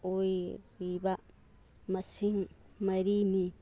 ꯑꯣꯏꯔꯤꯕ ꯃꯁꯤꯡ ꯃꯔꯤꯅꯤ